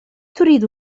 تريد